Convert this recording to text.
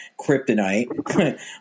kryptonite